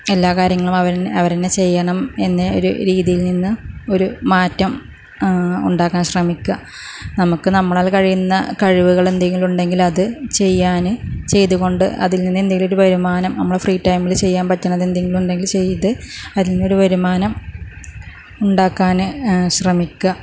എല്ലാ കാര്യങ്ങളും അവര് അവര് തന്നെ ചെയ്യണം എന്ന ഒരു രീതിയിൽ നിന്ന് ഒരു മാറ്റം ഉണ്ടാക്കാൻ ശ്രമിക്കുക നമുക്ക് നമ്മളാൽ കഴിയുന്ന കഴിവുകൾ എന്തെങ്കിലും ഉണ്ടെങ്കിൽ അത് ചെയ്യാന് ചെയ്തുകൊണ്ട് അതിൽ നിന്ന് എന്തെങ്കിലും ഒരു വരുമാനം നമ്മള് ഫ്രീ ടൈമില് ചെയ്യാൻ പറ്റുന്നത് എന്തെങ്കിലും ഉണ്ടങ്കില് ചെയ്ത് അതിൽ നിന്നൊരു വരുമാനം ഉണ്ടാക്കാന് ശ്രമിക്കുക